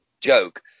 joke